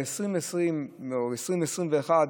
ב-2020 או ב-2021,